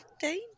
Danger